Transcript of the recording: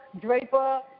Draper